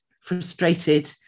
frustrated